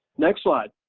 next slide.